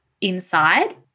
inside